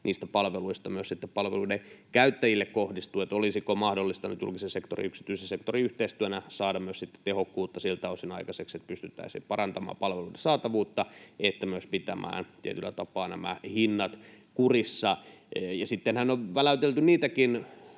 niistä palveluista sitten palveluiden käyttäjille kohdistuu. Olisiko mahdollista nyt julkisen sektorin ja yksityisen sektorin yhteistyönä saada tehokkuutta myös siltä osin aikaiseksi, että pystyttäisiin parantamaan palveluiden saatavuutta ja myös pitämään tietyllä tapaa nämä hinnat kurissa? Ja sittenhän on väläytelty niitäkin